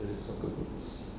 the soccer boots